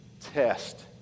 test